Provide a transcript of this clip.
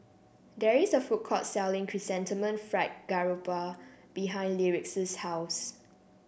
there is a food court selling Chrysanthemum Fried Garoupa behind Lyric's house